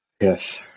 Yes